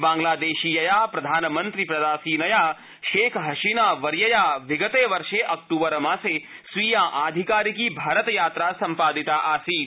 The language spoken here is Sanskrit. बाड़ग्लादेशीयया प्रधानमन्त्रिपदासीनया शेखहसीना वर्यया विगते वर्षे अक्टूबर मासे स्वीया आधिकारिकी भारत यात्रा सम्पादिता आसीत्